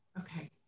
Okay